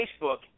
Facebook